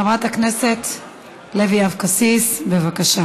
חברת הכנסת אורלי לוי אבקסיס, בבקשה,